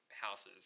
houses